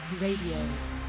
Radio